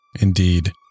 Indeed